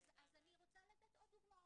--- אז אני רוצה לתת עוד דוגמאות.